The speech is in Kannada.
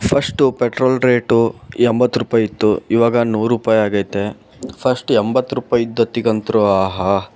ಫಸ್ಟು ಪೆಟ್ರೋಲ್ ರೇಟು ಎಂಬತ್ತು ರೂಪಾಯಿ ಇತ್ತು ಇವಾಗ ನೂರು ರೂಪಾಯಿ ಆಗೈತೆ ಫಸ್ಟ್ ಎಂಬತ್ತು ರೂಪಾಯಿ ಇದ್ದತ್ತಿಗಂತೂ ಆಹಾ